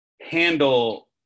handle